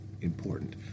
important